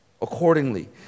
Accordingly